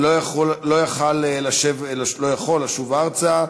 מס' 1194,